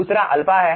दुसरा अल्फा है